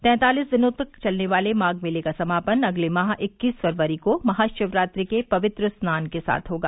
तैंतालीस दिनों तक चलने वाले माघ मेले का समापन अगले माह इक्कीस फरवरी को महाशिवरात्रि के पवित्र स्नान के साथ होगा